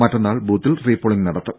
മറ്റന്നാൾ ബൂത്തിൽ re polling നടത്തും